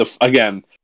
again